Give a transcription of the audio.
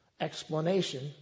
explanation